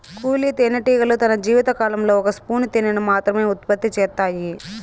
కూలీ తేనెటీగలు తన జీవిత కాలంలో ఒక స్పూను తేనెను మాత్రమె ఉత్పత్తి చేత్తాయి